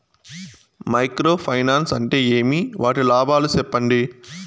Micro finance అంటే ఏమి? వాటి లాభాలు సెప్పండి?